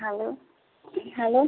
hello hello